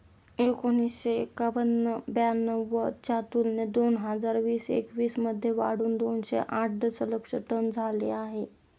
एकोणीसशे एक्क्याण्णव ब्याण्णव च्या तुलनेत दोन हजार वीस एकवीस मध्ये वाढून दोनशे आठ दशलक्ष टन झाले आहे